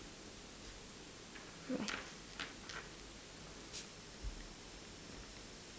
right